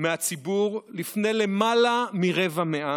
מהציבור לפני למעלה מרבע מאה,